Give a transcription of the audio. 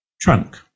trunk